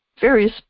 various